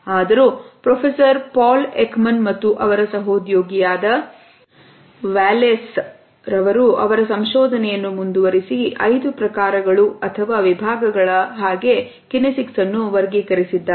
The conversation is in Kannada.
ಆದರೂ ಪ್ರೊಫೆಸರ್ ಪಾಲಕ್ ಮನ್ ಮತ್ತು ಅವರ ಸಹೋದ್ಯೋಗಿ ಯಾದ ವ್ಯಾಲೆನ್ಸ್ ಅವರು ಅವರ ಸಂಶೋಧನೆಯನ್ನು ಮುಂದುವರಿಸಿ ಐದು ಪ್ರಕಾರಗಳು ಅಥವಾ ಪ್ರೀತು ವಿಭಾಗಗಳ ಹಾಗೆಯೇ ಕಿನೆಸಿಕ್ಸ್ ಅನ್ನು ವರ್ಗೀಕರಿಸಿದ್ದಾರೆ